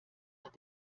hat